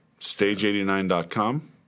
Stage89.com